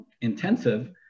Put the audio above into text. intensive